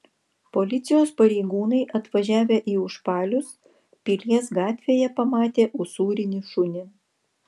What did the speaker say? policijos pareigūnai atvažiavę į užpalius pilies gatvėje pamatė usūrinį šunį